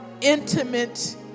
intimate